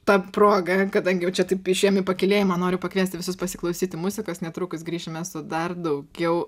ta proga kadangi jau čia taip išėjom į pakylėjimą noriu pakviesti visus pasiklausyti muzikos netrukus grįšime su dar daugiau